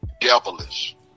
devilish